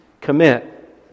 commit